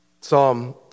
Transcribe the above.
Psalm